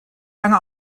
lange